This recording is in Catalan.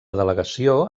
delegació